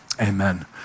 amen